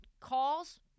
calls